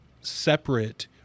separate